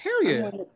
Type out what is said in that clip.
Period